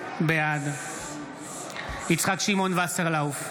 בעד יצחק שמעון וסרלאוף,